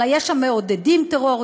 אלא יש המעודדים טרור,